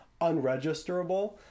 unregisterable